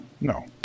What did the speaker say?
No